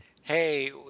Hey